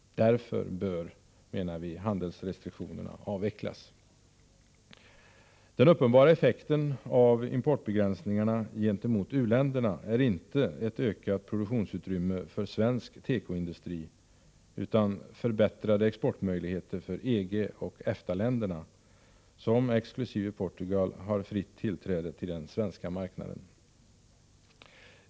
Därför bör handelsrestriktionerna avvecklas. Den uppenbara effekten av importbegränsningarna gentemot u-länderna är inte ett ökat produktionsutrymme för svensk tekoindustri utan förbättrade exportmöjligheter för EG och EFTA-länderna som, exkl. Portugal, har fritt tillträde till den svenska marknaden.